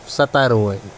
سَتار وٲنۍ